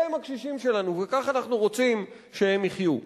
אלה הם הקשישים שלנו, וככה אנחנו רוצים שהם יחיו.